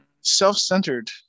Self-centered